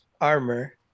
armor